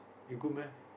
he good meh